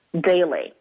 daily